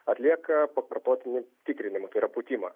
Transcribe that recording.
atlieka pakartotinį tikrinimą tai yra pūtimą